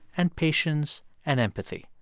and patience and empathy.